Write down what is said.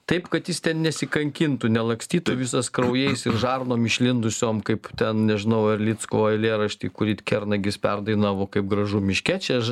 taip kad jis ten nesikankintų nelakstytų visas kraujais ir žarnom išlindusiom kaip ten nežinau erlicko eilėrašty kurį kernagis perdainavo kaip gražu miške čia